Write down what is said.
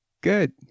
Good